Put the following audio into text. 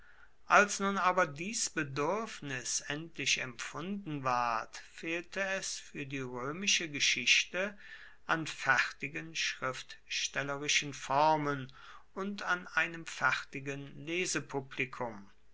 als nun aber dies beduerfnis endlich empfunden ward fehlte es fuer die roemische geschichte an fertigen schriftstellerischem formen und an einem fertigen